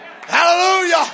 Hallelujah